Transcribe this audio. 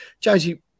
Josie